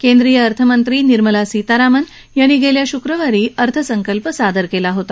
केंद्रीय अर्थमंत्री निर्मला सीतारामन यांनी मागच्या श्क्रवारी अर्थसंकल्प सादर केला होता